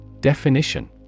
Definition